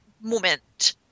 moment